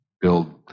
build